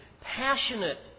passionate